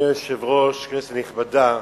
אדוני היושב-ראש, כנסת נכבדה,